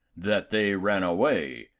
that they ran away,